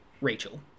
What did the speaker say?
Rachel